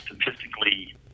statistically